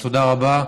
תודה רבה,